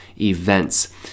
events